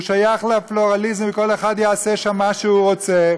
הוא שייך לפלורליזם, כל אחד יעשה שם מה שהוא רוצה.